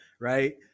right